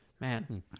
man